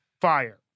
Fire